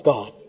God